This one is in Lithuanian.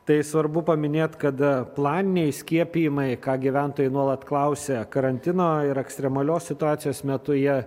tai svarbu paminėt kada planiniai skiepijimai ką gyventojai nuolat klausia karantino ir ekstremalios situacijos metu jie